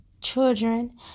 children